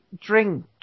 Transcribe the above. drink